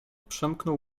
przemknął